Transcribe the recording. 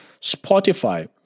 Spotify